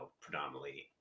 predominantly